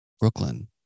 Brooklyn